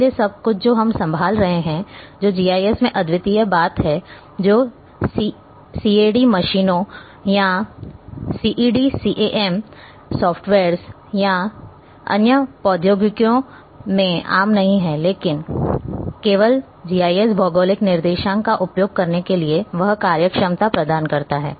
इसलिए सब कुछ जो हम संभाल रहे हैं जो जीआईएस में अद्वितीय बात है जो सीएडी मशीनों या सीएडी सीएएम सॉफ्टवेयर्स या अन्य प्रौद्योगिकियों में आम नहीं है लेकिन केवल जीआईएस भौगोलिक निर्देशांक का उपयोग करने के लिए वह कार्यक्षमता प्रदान करता है